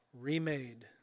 remade